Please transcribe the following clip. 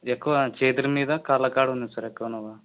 ఎక్కువ చేతుల మీద కాళ్ళకాడ ఉంది సార్ ఎక్కువ నవ